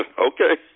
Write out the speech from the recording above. okay